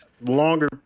longer